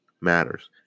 matters